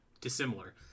dissimilar